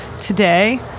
today